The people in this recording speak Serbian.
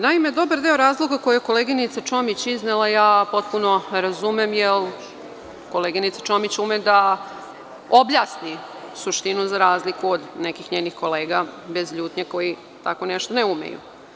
Naime, dobar deo razloga koji je koleginica Čomić iznela ja potpuno razumem jer koleginica Čomić ume da objasni suštinu za razliku od nekih njenih kolega bez ljutnje, koji tako nešto ne umeju.